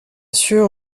sûr